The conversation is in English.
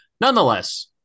Nonetheless